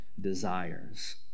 desires